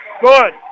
Good